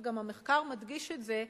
וגם המחקר מדגיש את זה,